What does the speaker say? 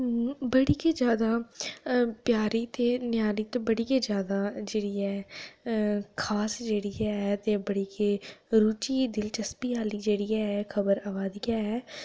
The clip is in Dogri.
बड़ी गै जैदा प्यारी ते न्यारी ते बड़ी गै जादा जेह्ड़ी ऐ खास जेह्ड़ी ऐ ते बड़ी गै रुचि दिलचस्पी आह्ली जेह्ड़ी ऐ खबर आवै दी ऐ